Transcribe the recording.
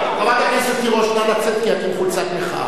חברת הכנסת תירוש, כי את עם חולצת מחאה.